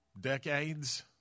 Decades